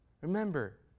Remember